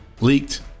leaked